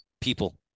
people